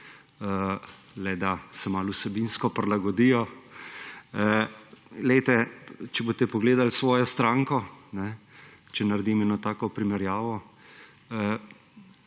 da se malo vsebinsko prilagodijo. Glejte, če boste pogledali svojo stranko, če naredim eno tako primerjavo,